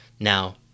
Now